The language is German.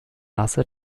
nasse